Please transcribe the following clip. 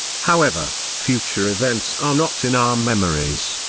however, future events are not in our memories.